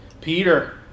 Peter